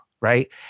right